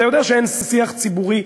אתה יודע שאין שיח ציבורי,